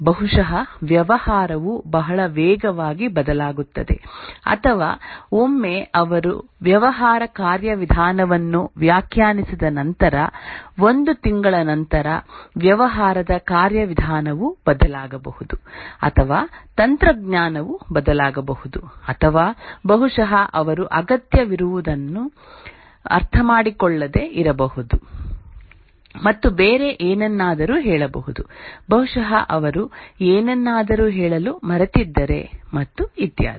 ಬಹುಶಃ ವ್ಯವಹಾರವು ಬಹಳ ವೇಗವಾಗಿ ಬದಲಾಗುತ್ತದೆ ಅಥವಾ ಒಮ್ಮೆ ಅವರು ವ್ಯವಹಾರ ಕಾರ್ಯವಿಧಾನವನ್ನು ವ್ಯಾಖ್ಯಾನಿಸಿದ ನಂತರ ಒಂದು ತಿಂಗಳ ನಂತರ ವ್ಯವಹಾರದ ಕಾರ್ಯವಿಧಾನವು ಬದಲಾಗಬಹುದು ಅಥವಾ ತಂತ್ರಜ್ಞಾನವು ಬದಲಾಗಬಹುದು ಅಥವಾ ಬಹುಶಃ ಅವರು ಅಗತ್ಯವಿರುವದನ್ನು ಅರ್ಥಮಾಡಿಕೊಳ್ಳದೆ ಇರಬಹುದು ಮತ್ತು ಬೇರೆ ಏನನ್ನಾದರೂ ಹೇಳಬಹುದು ಬಹುಶಃ ಅವರು ಏನನ್ನಾದರೂ ಹೇಳಲು ಮರೆತಿದ್ದಾರೆ ಮತ್ತು ಇತ್ಯಾದಿ